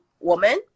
woman